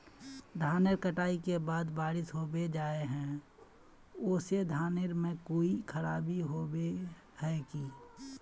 धानेर कटाई के बाद बारिश होबे जाए है ओ से धानेर में कोई खराबी होबे है की?